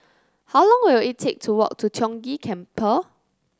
how long will it take to walk to Tiong Ghee Temple